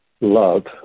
love